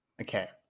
Okay